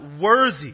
worthy